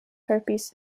herpes